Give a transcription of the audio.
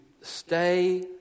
stay